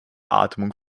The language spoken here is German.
atmung